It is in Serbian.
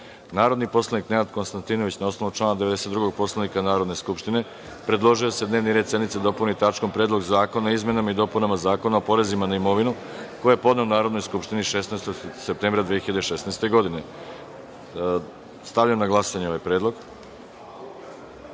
predlog. Narodni poslanik Nenad Konstantinović, na osnovu člana 92. Poslovnika Narodne skupštine, predložio je da se dnevni red sednice dopuni tačkom Predlog zakona o izmenama i dopunama Zakona o porezima na imovinu, koji je podneo Narodnoj skupštini 16. septembra 2016. godine. Stavljam na glasanje ovaj